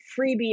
freebie